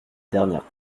dernières